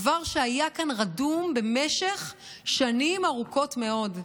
דבר שהיה כאן רדום במשך שנים ארוכות מאוד.